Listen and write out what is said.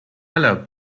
aller